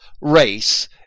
race